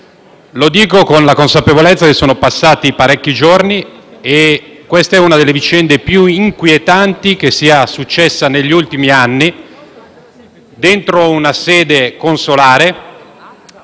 Lo dico con la consapevolezza che sono passati parecchi giorni e questa è una delle vicende più inquietanti che sia accaduta negli ultimi anni dentro una sede consolare,